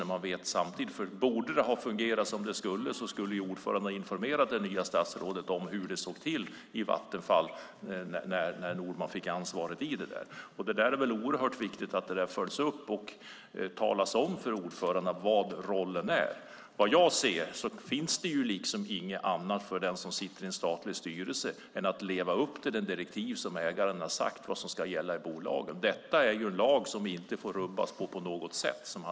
Om det hade fungerat som det skulle hade ordföranden informerat det nya statsrådet om hur det stod till i Vattenfall när Norman fick ansvaret. Det är viktigt att detta följs upp och att man talar om för ordföranden vad rollen är. Vad jag ser finns det inget annat för den som sitter i en statlig styrelse än att leva upp till det direktiv som finns där ägaren har sagt vad som ska gälla i bolaget. Detta är en lag som inte får rubbas på något sätt.